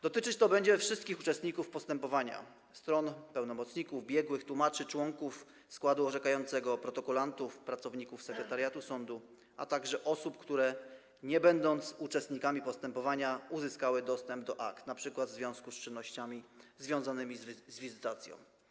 Dotyczyć to będzie wszystkich uczestników postępowania: stron, pełnomocników, biegłych, tłumaczy, członków składu orzekającego, protokolantów, pracowników sekretariatu sądu, a także osób, które nie będąc uczestnikami postępowania, uzyskały dostęp do akt, np. w związku z czynnościami związanymi z wizytacją.